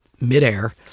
midair